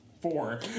four